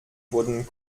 wurden